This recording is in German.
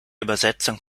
übersetzung